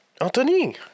Anthony